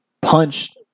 punched